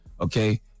okay